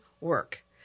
work